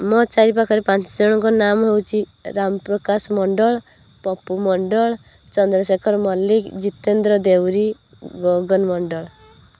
ମୋ ଚାରିପାକରେ ପାଞ୍ଚ ଜଣଙ୍କ ନାମ ହେଉଛି ରାମ ପ୍ରକାଶ ମଣ୍ଡଳ ପପୁ ମଣ୍ଡଳ ଚନ୍ଦ୍ରଶେଖର ମଲ୍ଲିକ ଜିତେନ୍ଦ୍ର ଦେହୁରୀ ଗଗନ ମଣ୍ଡଳ